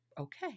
okay